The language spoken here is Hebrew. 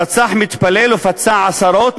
רצח מתפלל ופצע עשרות,